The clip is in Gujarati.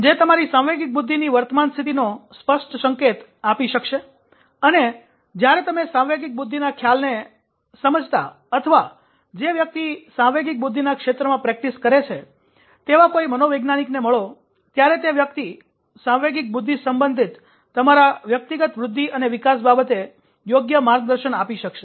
જે તમારી સાંવેગિક બુદ્ધિની વર્તમાન સ્થિતિનો સ્પષ્ટ સંકેત આપી શકશે અને જ્યારે તમે સાંવેગિક બુદ્ધિના ખ્યાલને સમજતા અથવા જે વ્યક્તિ સાંવેગિક બુદ્ધિના ક્ષેત્રમાં પ્રેક્ટિસ કરે છે તેવા કોઈ મનોવૈજ્ઞાનિક મળો ત્યારે તે વ્યક્તિ સાંવેગિક બુદ્ધિ સંબંધિત તમારા વ્યક્તિગત વૃદ્ધિ અને વિકાસ બાબતે યોગ્ય માર્ગદર્શન આપી શકશે